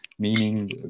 meaning